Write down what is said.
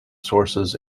sources